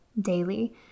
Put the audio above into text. daily